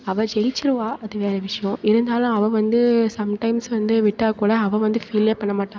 அவள் ஜெயித்திடுவா அது வேறே விஷியம் இருந்தாலும் அவள் வந்து சம்டைம்ஸ் வந்து விட்டால்கூட அவள் வந்து ஃபீலே பண்ண மாட்டாள்